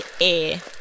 air